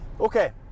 okay